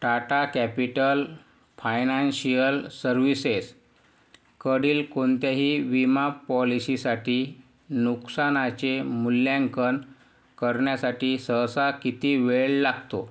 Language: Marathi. टाटा कॅपिटल फायनान्शियल सर्व्हिसेसकडील कोणत्याही विमा पॉलिसीसाठी नुकसानाचे मूल्यांकन करण्यासाठी सहसा किती वेळ लागतो